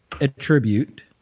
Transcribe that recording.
attribute